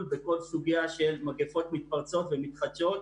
בכל הסוגיה של מגפות מתפרצות ומתחדשות.